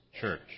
church